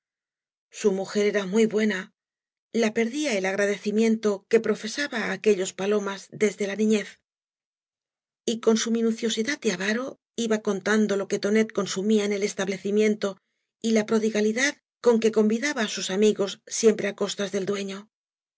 su mujer era muy buena la perdía el agradecimiento que profesaba á aquellob palomas deede la niñez y con su minu ciosidad de avaro iba contando lo que tonet consu mía en el establecimiento y la prodigalidad con que convidaba á sus amigoe siempre á costas del dueño